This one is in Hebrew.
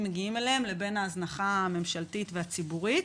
מגיעים אליה לבין ההזנחה הממשלתית והציבורית.